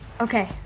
Okay